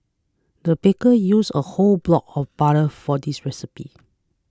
the baker used a whole block of butter for this recipe